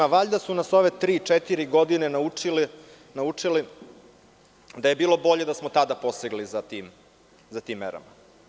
Valjda su nas ove tri, četiri godine naučile da je bilo bolje da smo tada posegli za tim merama.